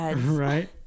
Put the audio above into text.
Right